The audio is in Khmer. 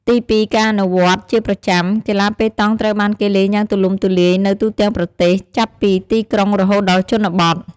ទីពីរការអនុវត្តន៍ជាប្រចាំ កីឡាប៉េតង់ត្រូវបានគេលេងយ៉ាងទូលំទូលាយនៅទូទាំងប្រទេស ចាប់ពីទីក្រុងរហូតដល់ជនបទ។